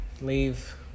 leave